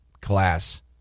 class